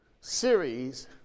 series